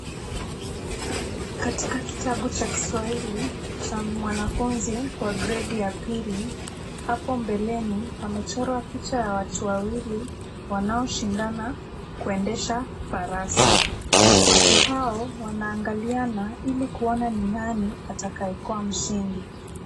Katika kitabu cha Kiswahili cha mwanafunzi wa gredi ya pili, hapo mbeleni pamechorwa picha ya watu wawili wanaoshindana kuendesha farasi. Watu hao wanaangaliana ili kuona ni nani atakaye kuwa mshindi.